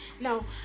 now